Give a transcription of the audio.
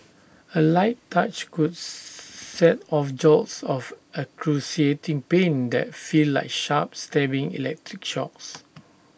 A light touch could set off jolts of excruciating pain that feel like sharp stabbing electric shocks